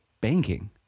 banking